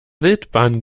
wildbahn